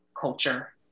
culture